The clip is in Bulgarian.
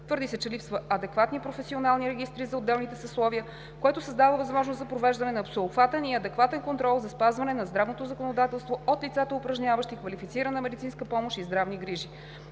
Твърди се, че липсват адекватни професионални регистри за отделните съсловия, което създава невъзможност за провеждане на всеобхватен и адекватен контрол за спазване на здравното законодателство от лицата, упражняващи квалифицирана медицинска помощ и здравни грижи.